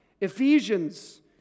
Ephesians